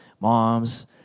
moms